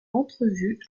entrevue